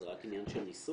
זה רק עניין של ניסוח,